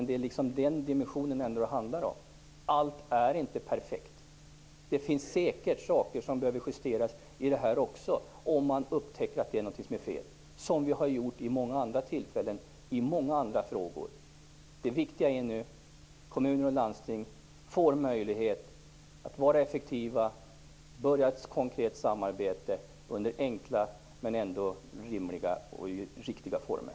Det är trots allt den dimensionen det handlar om - allt är inte perfekt. Det finns säkert saker som behöver justeras i det här också, om man upptäcker att något är fel. Så har vi gjort vid många andra tillfällen i andra frågor. Det viktiga är nu att kommuner och landsting får möjlighet att vara effektiva och börja ett konkret samarbete under enkla men ändå rimliga och riktiga former.